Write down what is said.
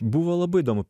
buvo labai įdomu